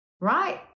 right